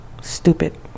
stupid